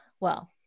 Well-